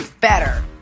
better